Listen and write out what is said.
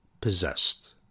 possessed